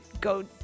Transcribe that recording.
go